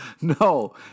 No